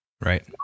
Right